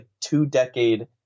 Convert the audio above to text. two-decade